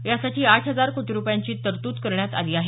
यासाठी आठ हजार कोटी रुपयांची तरतूद करण्यात आली आहे